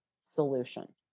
solution